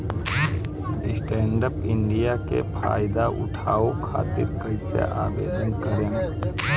Stand up India के फाइदा उठाओ खातिर कईसे आवेदन करेम?